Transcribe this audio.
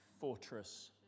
fortress